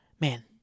Man